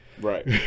right